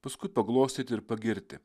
paskui paglostyti ir pagirti